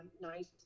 nice